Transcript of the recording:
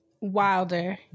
wilder